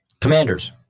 Commanders